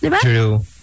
true